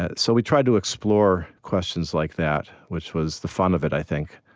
ah so we tried to explore questions like that, which was the fun of it, i think.